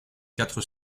quatre